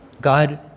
God